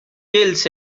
kills